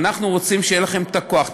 אנחנו רוצים שיהיה לכם הכוח,